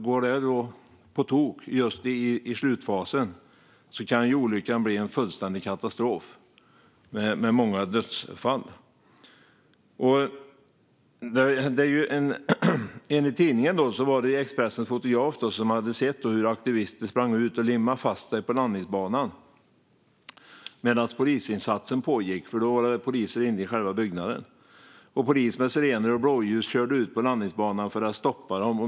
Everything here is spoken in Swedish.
Går det på tok just i slutfasen kan olyckan bli en fullständig katastrof med många dödsfall. Enligt tidningen var det Expressens fotograf som hade sett hur aktivister sprang ut och limmade fast sig på landningsbanan medan polisinsatsen pågick. Då var det poliser inne i själva byggnaden. Poliser med sirener och blåljus körde ut på landningsbanan för att stoppa dem.